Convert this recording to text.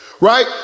right